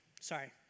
Sorry